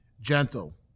Gentle